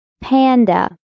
Panda